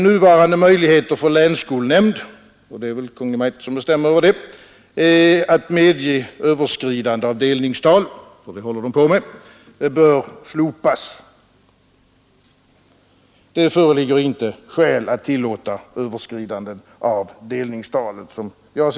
Nuvarande möjligheter för länsskolnämnd — det är väl Kungl. Maj:t som bestämmer det — att medge överskridande av delningstal, detta håller man på med, bör slopas. Som jag ser det föreligger det inte skäl att tillåta överskridanden av delningstalen.